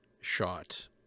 shot